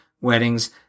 weddings